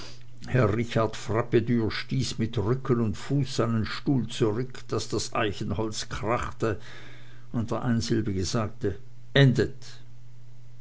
richard frappedür stieß mit rücken und fuß seinen stuhl zurück daß das eichenholz krachte und der einsilbige sagte endet